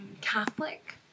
Catholic